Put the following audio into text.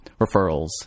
referrals